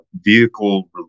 vehicle